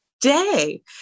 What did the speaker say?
day